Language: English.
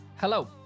Hello